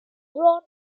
drawn